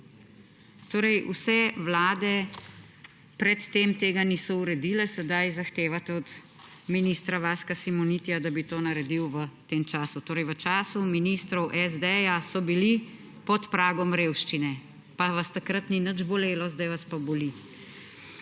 Torej, vse vlade pred tem tega niso uredile, sedaj zahtevate od ministra Vaska Simonitija, da bi to naredil v tem času. V času ministrov SD so bili pod pragom revščine, pa vas takrat ni nič bolelo, zdaj vas pa boli.